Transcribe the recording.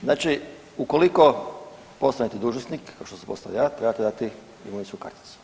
Znači, ukoliko postanete dužnosnik kao što sam postao ja trebate dati imovinsku karticu.